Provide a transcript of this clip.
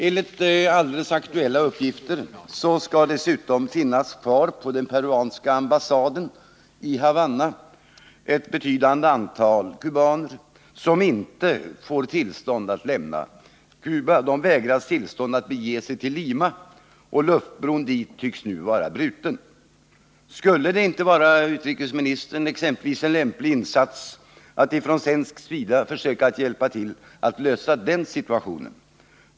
Enligt alldeles aktuella uppgifter skall det dessutom finnas kvar ett betydande antal kubaner på den peruanska ambassaden i Havanna, vilka inte får tillstånd att lämna Cuba; de vägras tillstånd att bege sig till Lima, och luftbron dit tycks nu vara bruten. Skulle det inte, herr utrikesminister, vara en lämplig insats från svensk sida att försöka hjälpa till att lösa den situationen?